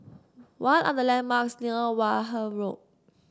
what are the landmarks near Wareham Road